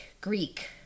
Greek